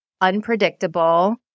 unpredictable